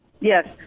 Yes